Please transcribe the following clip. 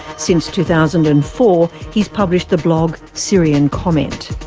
since two thousand and four, he's published the blog syrian comment.